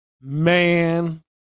man